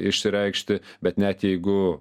išsireikšti bet net jeigu